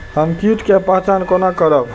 हम कीट के पहचान कोना करब?